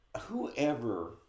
whoever